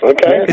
Okay